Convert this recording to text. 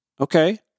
okay